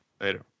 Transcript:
Later